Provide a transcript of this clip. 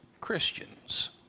Christians